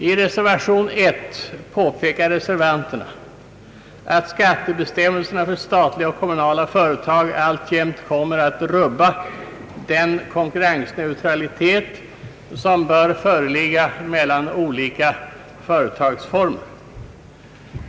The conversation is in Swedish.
I reservation 1 påpekar reservanterna, att skattebestämmelserna för statliga och kommunala företag alltjämt kommer att rubba den konkurrensneutralitet som bör föreligga mellan olika företagsformer.